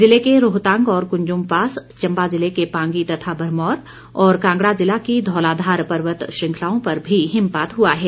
जिले के रोहतांग और कुंजुम पास चंबा जिले के पांगी तथा भरमौर और कांगड़ा जिला की धौलाधार पर्वत श्रृंखलाओं पर भी हिमपात हुआ है